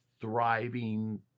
thriving